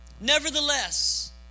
Nevertheless